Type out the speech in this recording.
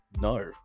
No